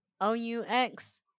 O-U-X